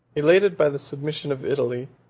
elated by the submission of italy,